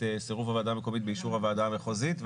סירוב הוועדה המקומית באישור הוועדה המחוזית.